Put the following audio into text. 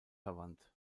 verwandt